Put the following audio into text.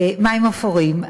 מים אפורים,